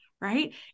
right